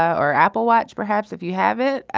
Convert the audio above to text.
or apple watch perhaps if you have it